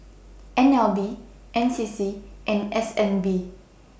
N L B N C C and S N B